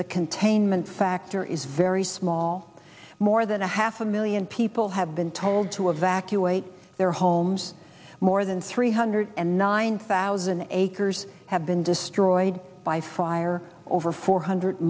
the containment factor is very small more than a half a million people have been told to evacuate their homes more than three hundred and nine thousand acres have been destroyed by fire over four hundred